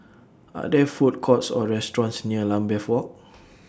Are There Food Courts Or restaurants near Lambeth Walk